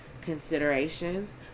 considerations